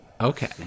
Okay